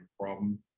problem